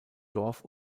dorf